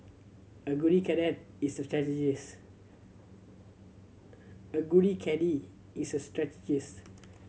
a good is a a good caddie is a strategist